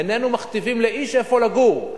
איננו מכתיבים לאיש איפה לגור.